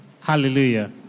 Hallelujah